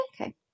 Okay